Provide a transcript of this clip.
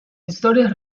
historias